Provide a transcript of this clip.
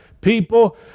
people